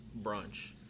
brunch